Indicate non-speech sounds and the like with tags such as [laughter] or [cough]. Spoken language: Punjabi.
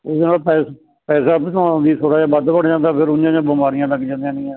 ਇਹਦੇ ਨਾਲ ਪੈਸਾ ਪੈਸਾ ਬਣਉਣ ਲਈ ਥੋੜ੍ਹਾ ਜਿਹਾ ਵੱਧ ਬਣ ਜਾਂਦਾ ਫਿਰ ਓਈਆਂ ਜਿਹੀਆਂ ਬਿਮਾਰੀਆਂ ਲੱਗ ਜਾਂਦੀਆਂ [unintelligible]